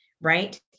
right